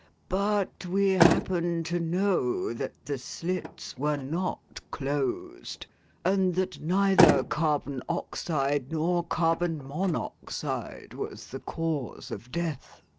but we happen to know that the slits were not closed and that neither carbon oxide nor carbon monoxide was the cause of death.